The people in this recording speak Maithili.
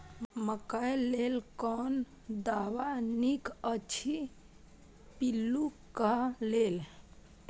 मकैय लेल कोन दवा निक अछि पिल्लू क लेल?